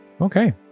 Okay